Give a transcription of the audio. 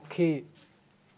ପକ୍ଷୀ